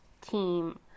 team